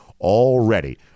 already